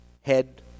head